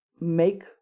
make